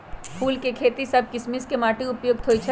फूल के खेती सभ किशिम के माटी उपयुक्त होइ छइ